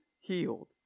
healed